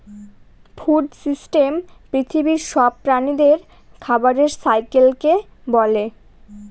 food system পৃথিবীর সব প্রাণীদের খাবারের সাইকেলকে বলে